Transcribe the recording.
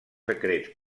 secrets